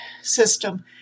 system